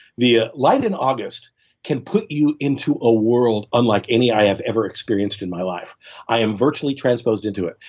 the ah light in august can put you into a world unlike any i have ever experienced in my life i am virtually transposed into it.